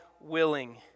willing